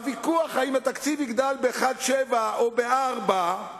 הוויכוח האם התקציב יגדל ב-1.7% או ב-4%